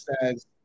says